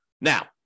Now